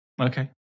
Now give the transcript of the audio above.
Okay